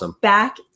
back